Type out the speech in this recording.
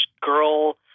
girl